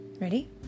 Ready